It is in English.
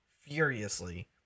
furiously